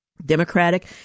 Democratic